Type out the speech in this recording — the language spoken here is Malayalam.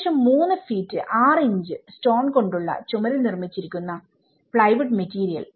ഏകദേശം 3 ഫീറ്റ് 6 ഇഞ്ച് സ്റ്റോൺ കൊണ്ടുള്ള ചുവരിൽ നിർമ്മിച്ചിരിക്കുന്ന പ്ലൈവുഡ് മെറ്റീരിയൽ